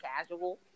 casual